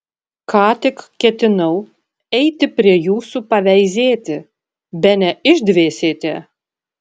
ką tik ketinau eiti prie jūsų paveizėti bene išdvėsėte